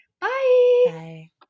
Bye